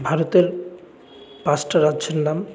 ভারতের পাঁচটা রাজ্যের নাম